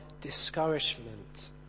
discouragement